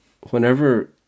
whenever